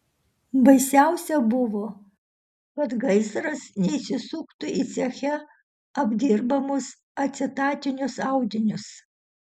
baisiausia buvo kad gaisras neįsisuktų į ceche apdirbamus acetatinius audinius